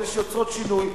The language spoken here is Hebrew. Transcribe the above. אלה שיוצרות שינוי,